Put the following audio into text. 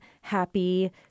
happy